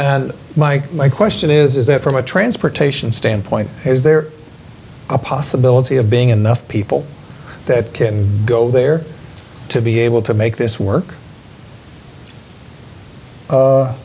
and my my question is is that from a transportation standpoint is there a possibility of being enough people that can go there to be able to make this work